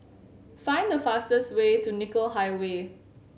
find the fastest way to Nicoll Highway